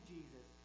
Jesus